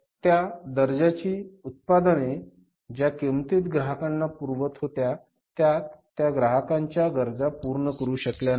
त्या ज्या दर्जाची उत्पादने ज्या किंमतीत ग्राहकांना पुरवत होत्या त्यात त्या ग्राहकांच्या गरजा पूर्ण करू शकल्या नाहीत